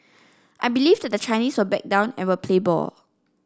I believe that the Chinese will back down and will play ball